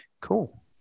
Cool